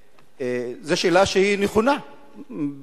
זו שאלה שהיא נכונה בעיקרון,